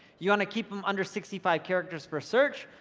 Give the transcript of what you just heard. you want to keep them under sixty five characters per search.